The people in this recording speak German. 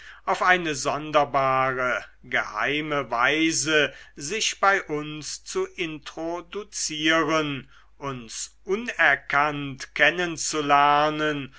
auf eine sonderbare geheime weise sich bei uns zu introduzieren uns unerkannt